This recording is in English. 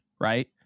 right